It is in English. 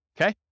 Okay